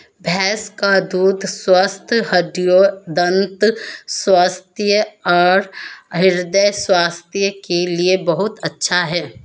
भैंस का दूध स्वस्थ हड्डियों, दंत स्वास्थ्य और हृदय स्वास्थ्य के लिए बहुत अच्छा है